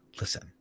listen